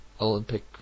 Olympic